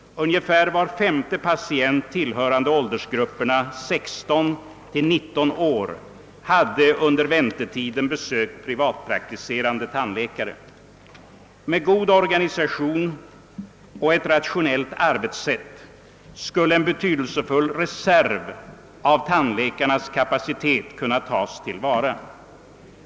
Ungefär var femte patient tillhörande 16—19 år hade under väntetiden besökt privatpraktiserande tandläkare. Med god organisation och ett rationellt arbetssätt skulle: en betydelsefull reserv av tandläkarnas kapacitet kunna tas till vara.